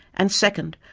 and second,